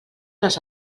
les